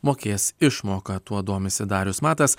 mokės išmoką tuo domisi darius matas